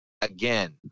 again